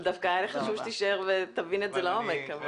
דווקא היה חשוב שתישאר ותבין את זה לעומק.